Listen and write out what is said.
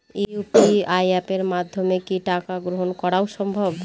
UPI অ্যাপের মাধ্যমে কি টাকা গ্রহণ করাও সম্ভব?